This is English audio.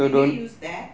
can you use that